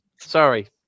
sorry